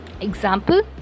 example